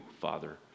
Father